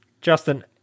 Justin